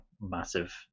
massive